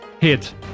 Hit